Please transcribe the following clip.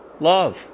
love